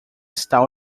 está